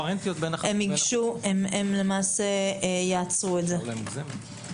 הם יעצרו את זה.